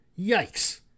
Yikes